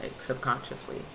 subconsciously